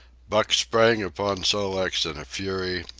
buck sprang upon sol-leks in a fury,